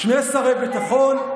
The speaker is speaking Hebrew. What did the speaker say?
שני שרי ביטחון,